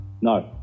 no